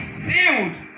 sealed